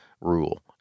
rule